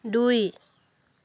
দুই